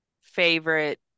favorite